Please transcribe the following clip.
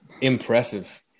impressive